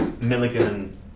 Milligan